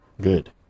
good